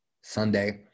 Sunday